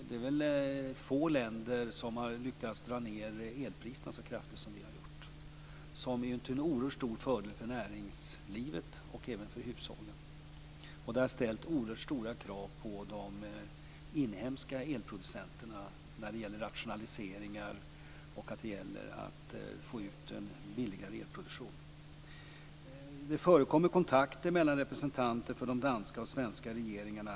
Det är väl få länder som har lyckats att dra ned elpriserna så kraftigt som vi har gjort, vilket är till en oerhört stor fördel för näringslivet och även för hushållen. Detta har ställt mycket stora krav på de inhemska elproducenterna i fråga om rationaliseringar och en billigare elproduktion. Det förekommer kontakter mellan representanter för de danska och de svenska regeringarna.